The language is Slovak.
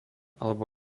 alebo